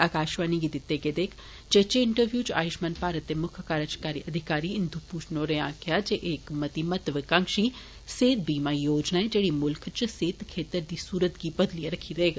आकाशवाणी गी दित्ते गेदे इक चेचे इंटरव्यू च आयुषमान भारत दे मुक्ख कार्जकारी अधिकारी इंदू भूषण होरें आक्खेया जे एह इक मती महत्तवकांक्षी सेहत बीमा योजना ऐ जेड़ी मुल्खै च सेहत छेत्रै दी सूरत गै बदलीए रखी देग